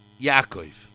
Yaakov